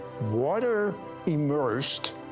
water-immersed